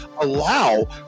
allow